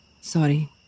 Sorry